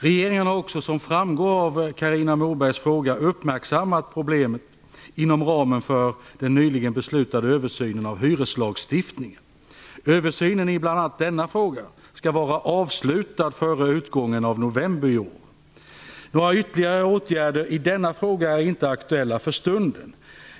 Regeringen har också som framgår av Carina Mobergs fråga uppmärksammat problemet inom ramen för den nyligen beslutade översynen av hyreslagstiftningen. Översynen i bl.a. denna fråga skall vara avslutad före utgången av november i år. Några ytterligare åtgärder i denna fråga är inte aktuella för stunden.